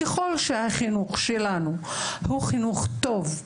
ככול שהחינוך שלנו הוא חינוך טוב,